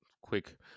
quick